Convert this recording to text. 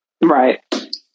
right